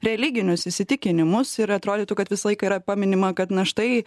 religinius įsitikinimus ir atrodytų kad visą laiką yra paminima kad na štai